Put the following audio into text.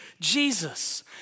Jesus